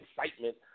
excitement